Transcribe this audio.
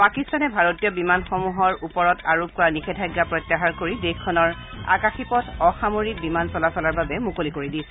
পাকিস্তানে ভাৰতীয় বিমানসমূহৰ ওপৰত আৰোপ কৰা নিষেধাজ্ঞা প্ৰত্যাহাৰ কৰি দেশখনৰ আকাশীপথ অসামৰিক বিমান চলাচলৰ বাবে মুকলি কৰি দিছে